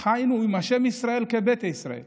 חיינו עם השם "ישראל" כביתא ישראל,